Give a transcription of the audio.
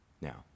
Now